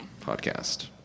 podcast